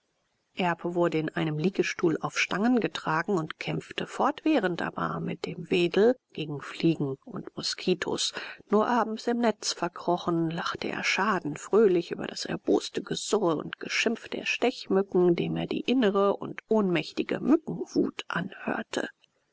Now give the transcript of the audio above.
erb wurde in einem liegestuhl auf stangen getragen und kämpfte fortwährend aber mit dem wedel gegen fliegen und moskitos nur abends im netz verkrochen lachte er schadenfröhlich über das erboste gesurre und geschimpf der stechmücken dem er die innere und ohnmächtige mückenwut anhörte